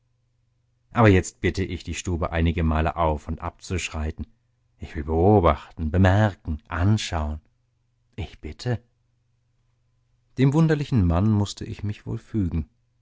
aber jetzt bitte ich die stube einigemal auf und ab zu schreiten ich will beobachten bemerken anschauen ich bitte dem wunderlichen mann mußte ich mich wohl fügen